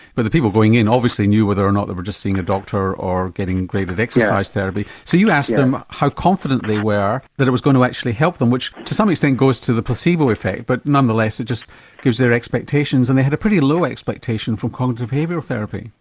but the people going in obviously knew whether or not just seeing a doctor or getting graded exercise therapy. so you asked them how confident they were that it was going to actually help them, which to some extent goes to the placebo effect, but nonetheless it just gives their expectations and they had a pretty low expectation for cognitive behavioural therapy.